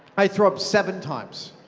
i threw up seven times.